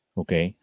okay